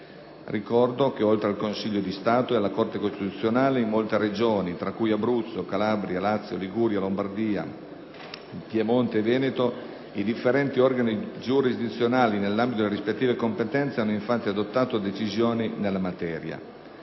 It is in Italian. Ricordo che, oltre al Consiglio di Stato e alla Corte costituzionale, in molte Regioni (tra cui Abruzzo, Calabria, Lazio, Liguria, Lombardia, Piemonte e Veneto) i differenti organi giurisdizionali, nell'ambito delle rispettive competenze, hanno infatti adottato decisioni nella materia.